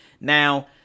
Now